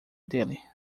dele